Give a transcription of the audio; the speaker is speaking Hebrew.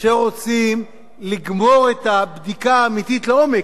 כאשר רוצים לגמור את הבדיקה האמיתית לעומק,